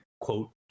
Quote